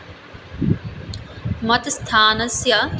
मत्स्थानस्य